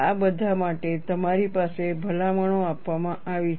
આ બધા માટે તમારી પાસે ભલામણો આપવામાં આવી છે